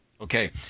Okay